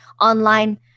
online